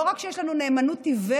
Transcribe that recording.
לא רק שיש לנו אמונה עיוורת